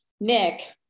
Nick